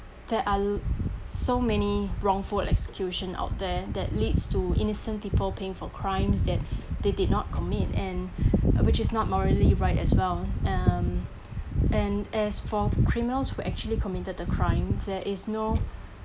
there are so many wrongful execution out there that leads to innocent people paying for crimes that they did not commit and which is not morally right as well um and as for criminals who actually committed the crime there is no